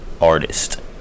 artist